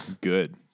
Good